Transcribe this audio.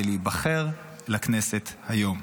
כדי להיבחר לכנסת היום.